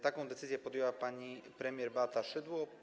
Taką decyzję podjęła pani premier Beata Szydło.